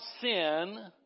sin